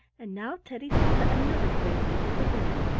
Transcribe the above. and now teddy saw that another gray figure was in it.